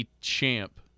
champ